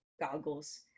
goggles